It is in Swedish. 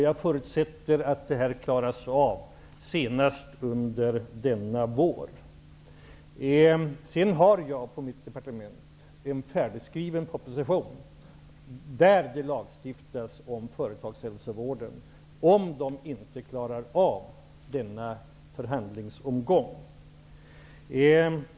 Jag förutsätter att det här klaras senast under denna vår. På mitt departement har jag en färdigskriven proposition, där det lagstiftas om företagshälsovården, för det fall att de inte klarar av denna förhandlingsomgång.